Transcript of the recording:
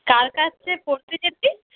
কার কাছে পড়তে যেতিস